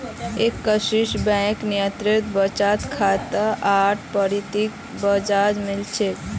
axis bank निरंतर बचत खातात आठ प्रतिशत ब्याज मिल छेक